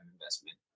investment